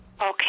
Okay